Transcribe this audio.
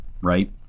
right